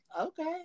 Okay